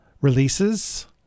releases